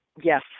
yes